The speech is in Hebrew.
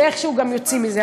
ואיכשהו גם יוצאים מזה.